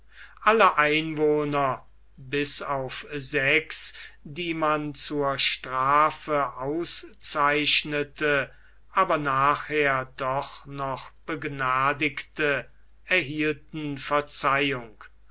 alle einwohner bis auf sechs die man zur strafe auszeichnete aber nachher doch noch begnadigte erhielten verzeihung